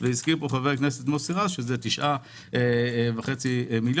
והזכיר פה חבר הכנסת מוסי רז שזה 9.5 מיליון.